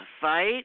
fight